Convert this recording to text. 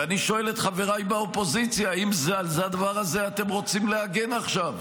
ואני שואל את חבריי באופוזיציה אם על הדבר הזה אתם רוצים להגן עכשיו,